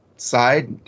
side